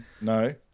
No